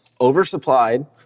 oversupplied